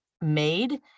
made